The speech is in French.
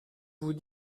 vous